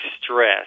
stress